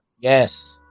yes